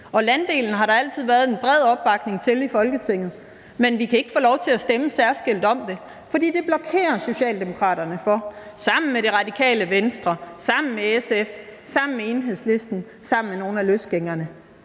og landdelen har der altid været en bred opbakning til i Folketinget. Men vi kan ikke få lov til at stemme særskilt om det, for det blokerer Socialdemokraterne for sammen med Radikale Venstre, sammen med SF, sammen med Enhedslisten og sammen med nogle af løsgængerne.